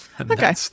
okay